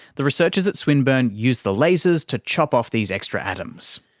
the researchers at swinburne use the lasers to chop off these extra atoms.